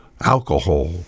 alcohol